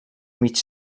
mig